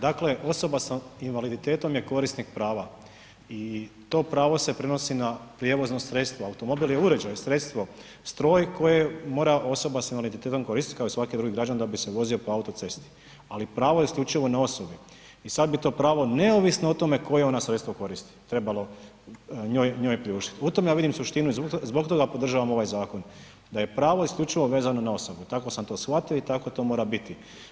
Dakle osobe sa invaliditetom je korisnik prava i to pravo se prenosi na prijevozna sredstva, automobil je uređaj, sredstvo, stroj koji mora osoba sa invaliditetom koristiti kao i svaki drugi građanin da bi se vozio po autocesti ali pravo je isključivo na osobi i sad bi to pravo neovisno o tome koje ona sredstvo koristi trebali njoj priuštiti, u tome ja vidim suštinu i zbog toga podržavam ovaj zakon, da je pravo isključivo vezano zna osobu, tako sam to shvatio i tako to mora biti.